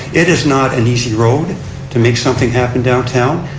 it is not an easy road to make something happen downtown.